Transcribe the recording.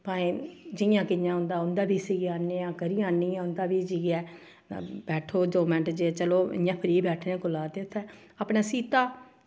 भाएं जि'यां कि'यां होंदा उं'दा बी सीआ ने आं करी आनी आं उं'दा बी जाइयै बैठो दो मेन्ट जे चलो इ'यां फ्री बैठने कोला ते उ'त्थें अपने सीह्ता